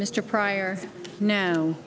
mr pryor no